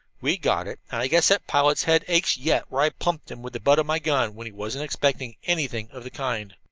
we got it, and i guess that pilot's head aches yet where i plumped him with the butt of my gun when he wasn't expecting anything of the kind.